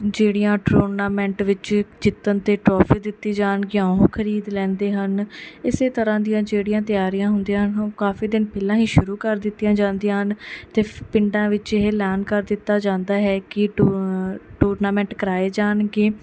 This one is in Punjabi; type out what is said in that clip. ਜਿਹੜੀਆਂ ਟੂਰਨਾਮੈਂਟ ਵਿੱਚ ਜਿੱਤਣ 'ਤੇ ਟਰੋਫੀ ਦਿੱਤੀ ਜਾਣਗੀਆਂ ਉਹ ਖਰੀਦ ਲੈਂਦੇ ਹਨ ਇਸੇ ਤਰ੍ਹਾਂ ਦੀਆਂ ਜਿਹੜੀਆਂ ਤਿਆਰੀਆਂ ਹੁੰਦੀਆਂ ਹਨ ਉਹ ਕਾਫੀ ਦਿਨ ਪਹਿਲਾਂ ਹੀ ਸ਼ੁਰੂ ਕਰ ਦਿੱਤੀਆਂ ਜਾਂਦੀਆਂ ਹਨ ਅਤੇ ਪਿੰਡਾਂ ਵਿੱਚ ਇਹ ਐਲਾਨ ਕਰ ਦਿੱਤਾ ਜਾਂਦਾ ਹੈ ਕਿ ਟੂ ਟੂਰਨਾਮੈਂਟ ਕਰਵਾਏ ਜਾਣਗੇ